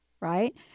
Right